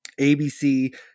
ABC